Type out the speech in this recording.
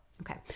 Okay